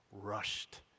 rushed